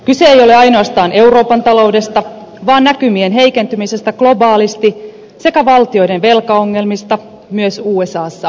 kyse ei ole ainoastaan euroopan taloudesta vaan näkymien heikentymisestä globaalisti sekä valtioiden velkaongelmista myös usassa ja japanissa